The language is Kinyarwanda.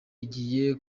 igiye